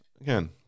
again